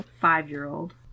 five-year-old